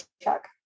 check